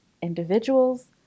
individuals